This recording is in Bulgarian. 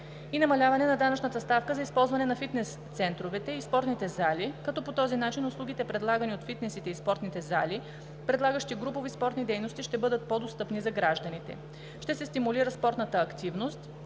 и намаляване на данъчната ставка за използване на фитнес центровете и спортните зали, като по този начин услугите, предлагани от фитнесите и спортните зали, предлагащи групови спортни дейности, ще бъдат по-достъпни за гражданите. Ще се стимулира спортната активност,